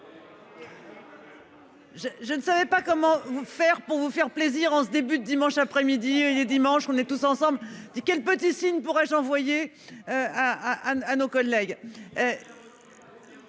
Je ne savais pas comment faire pour vous faire plaisir en ce début d'dimanche après-midi et dimanche on est tous ensemble, dès qu'elle petit signe pour-je envoyer. À, à nos collègues.